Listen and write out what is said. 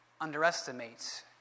underestimates